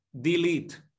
Delete